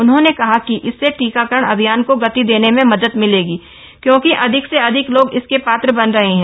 उन्होंने कहा कि इससे टीकाकरण अभियान को गति देने में मदद मिलेगी क्योंकि अधिक से अधिक लोग इसके पात्र बन रहे हैं